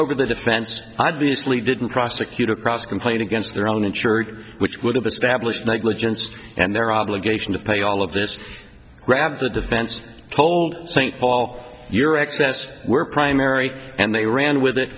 over the defense obviously didn't prosecutor cross complain against their own insurer which would have established negligence and their obligation to pay all of this grab the defense told st paul your access were primary and they ran with it